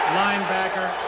linebacker